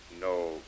No